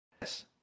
Yes